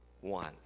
one